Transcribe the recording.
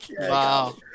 wow